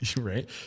Right